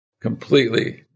completely